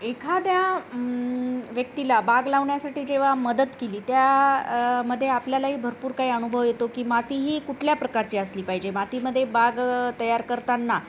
एखाद्या व्यक्तीला बाग लावण्यासाठी जेव्हा मदत केली त्या मध्ये आपल्यालाही भरपूर काही अनुभव येतो की माती ही कुठल्या प्रकारची असली पाहिजे मातीमध्ये बाग तयार करताना